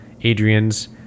adrian's